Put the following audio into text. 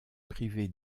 privé